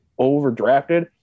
overdrafted